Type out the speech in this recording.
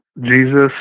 Jesus